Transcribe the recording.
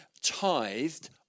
tithed